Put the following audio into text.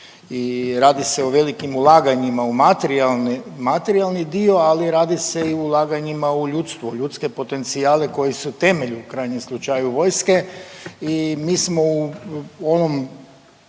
i radi se o velikim ulaganjima u materijalni, materijalni dio, ali radi se i o ulaganjima u ljudstvo, ljudske potencijale koji su temelj u krajnjem slučaju vojske i mi smo u onom